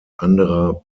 anderer